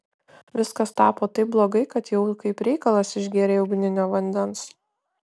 viskas tapo taip blogai kad jau kaip reikalas išgėrei ugninio vandens